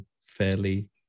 fairly